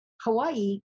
Hawaii